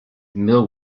mill